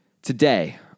Today